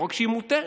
לא רק שהיא מותרת,